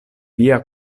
via